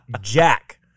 Jack